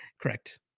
Correct